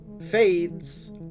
fades